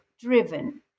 driven